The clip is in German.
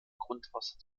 grundwasser